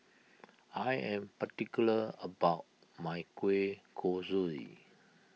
I am particular about my Kueh Kosui